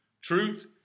Truth